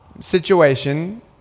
situation